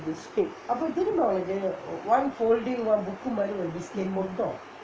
biscuit